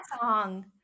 song